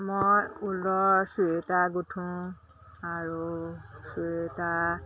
মই উলৰ চুৱেটাৰ গুঠোঁ আৰু চুৱেটাৰ